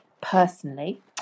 personally